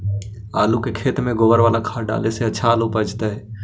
आलु के खेत में गोबर बाला खाद डाले से अच्छा आलु उपजतै?